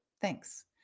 thanks